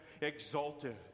exalted